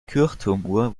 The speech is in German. kirchturmuhr